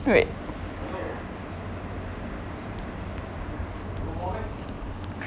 wait